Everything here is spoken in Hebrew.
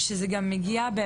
זה יכול להיות,